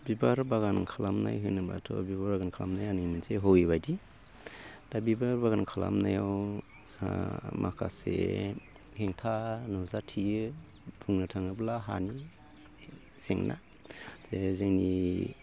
बिबार बागान खालामनाय होनोब्लाथ' बिबार बागान खालामनाया आंनि मोनसे हबि बायदि दा बिबार बागान खालामनायाव सा माखासे हेंथा नुजाथियो बुंनो थाङोब्ला हानि जेंना जे जोंनि